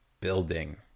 building